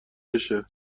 بشه